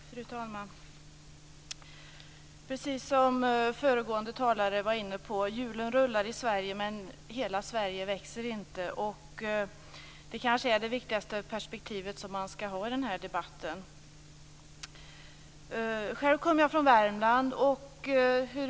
Fru talman! Det är precis som föregående talare var inne på: Hjulen rullar i Sverige men hela Sverige växer inte. Det är kanske det viktigaste perspektivet i den här debatten. Själv kommer jag från Värmland.